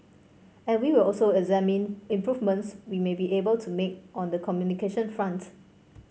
and we will also examine improvements we may be able to make on the communication front